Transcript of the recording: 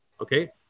okay